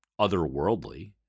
otherworldly